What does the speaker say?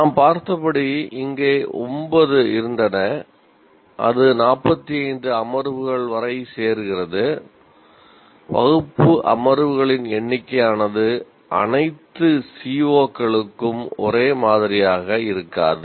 நாம் பார்த்தபடி இங்கே 9 இருந்தன அது 45 அமர்வுகள் வரை சேர்க்கிறது வகுப்பு அமர்வுகளின் எண்ணிக்கை அனைத்து CO களுக்கும் ஒரே மாதிரியாக இருக்காது